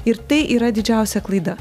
ir tai yra didžiausia klaida